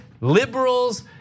liberals